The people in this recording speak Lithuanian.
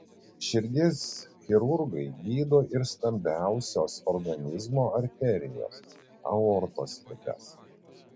širdies chirurgai gydo ir stambiausios organizmo arterijos aortos ligas